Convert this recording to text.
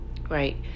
right